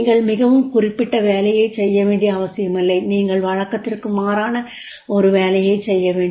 நீங்கள் மிகவும் குறிப்பிட்ட வேலையைச் செய்ய வேண்டிய அவசியமில்லை நீங்கள் வழக்கத்திற்கு மாறான ஒரு வேலையைச் செய்ய வேண்டும்